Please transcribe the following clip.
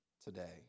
today